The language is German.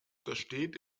untersteht